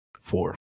four